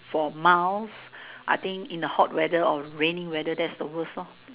for miles I think in the hot weather or the rainy weather I think that's the worst lor